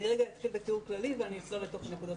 אני אתחיל בתיאור כללי ואצלול לתוך הנקודות